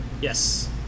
Yes